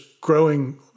growing